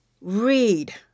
Read